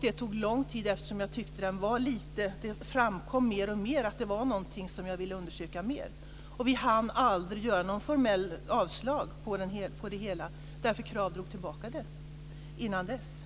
Det tog lång tid, eftersom det mer och mer framkom att detta var någonting som jag ville undersöka mer. Vi hann aldrig göra något formellt avslag, eftersom Krav drog tillbaka ansökan innan dess.